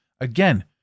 again